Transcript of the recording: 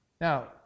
Now